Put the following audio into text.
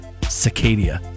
Cicadia